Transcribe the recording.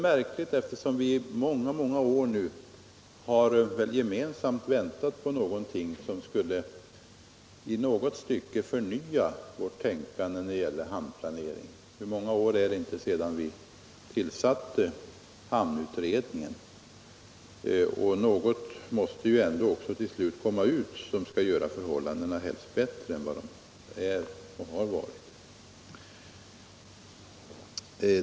Vi har i många år väntat på någonting som skulle förnya vårt tänkande när det gäller vår hamnplanering. Hur många år är det inte sedan vi tillsatte hamnutredningen! Och något måste till slut komma ut som skall göra förhållandena helst bättre än de har varit och är.